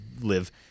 live